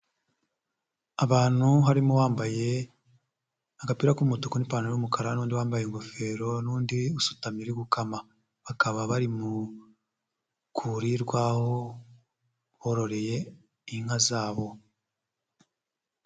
Abantu harimo uwambaye agapira k'umutuku n'ipantaro y'umukara n'undi wambaye ingofero n'undi usutamye uri gukama, bakaba bari mu rwuri rw'aho bororeye inka zabo.